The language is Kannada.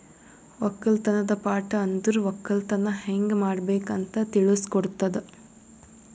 ಒಕ್ಕಲತನದ್ ಪಾಠ ಅಂದುರ್ ಒಕ್ಕಲತನ ಹ್ಯಂಗ್ ಮಾಡ್ಬೇಕ್ ಅಂತ್ ತಿಳುಸ್ ಕೊಡುತದ